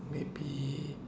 maybe